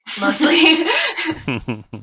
mostly